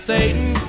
Satan